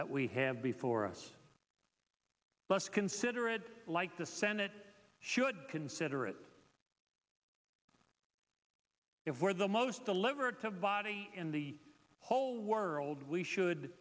that we have before us must consider it like the senate should consider it if we're the most delivered to body in the whole world we should